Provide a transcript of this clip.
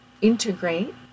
integrate